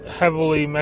heavily